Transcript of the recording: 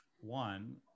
one